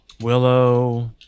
Willow